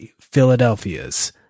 Philadelphia's